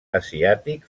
asiàtic